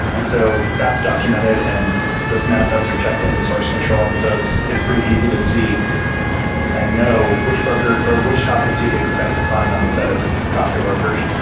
and so that's documented and those manifests are checked in to source control, and so it's it's pretty easy to see and know which broker or which topics you'd expect to find on a set of kafka brokers.